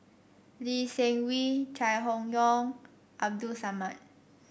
Lee Seng Wee Chai Hon Yoong Abdul Samad